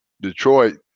Detroit